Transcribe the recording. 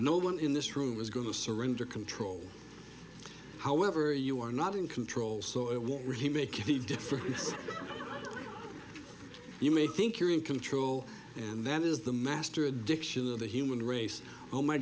no one in this room is going to surrender control however you are not in control so it won't really make any difference you may think you're in control and that is the master addiction of the human race oh my